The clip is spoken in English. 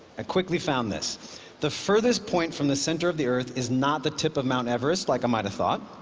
i quickly found this the furthest point from the center of the earth is not the tip of mount everest, like i might have thought,